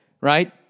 right